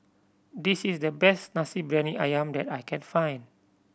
this is the best Nasi Briyani Ayam that I can find